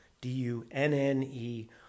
D-U-N-N-E